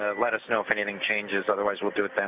ah let us know if anything changes.